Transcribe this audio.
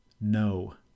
No